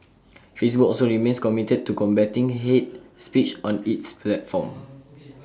Facebook also remains committed to combating hate speech on its platform